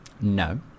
No